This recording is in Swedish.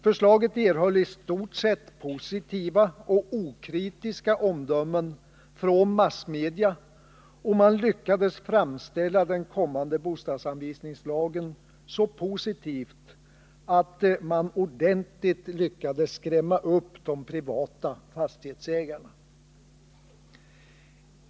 Förslaget erhöll i stort sett positiva och okritiska omdömen från massmedia, och man lyckades framställa den kommande bostadsanvisningslagen så positivt att man ordentligt skrämde upp de privata fastighetsägarna.